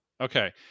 Okay